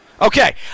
Okay